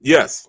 Yes